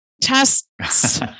tests